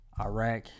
Iraq